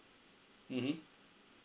mmhmm